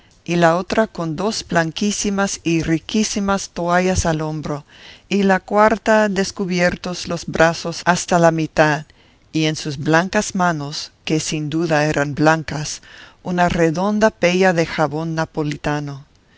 y la otra con dos blanquísimas y riquísimas toallas al hombro y la cuarta descubiertos los brazos hasta la mitad y en sus blancas manos que sin duda eran blancas una redonda pella de jabón napolitano